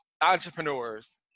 entrepreneurs